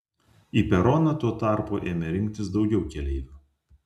į peroną tuo tarpu ėmė rinktis daugiau keleivių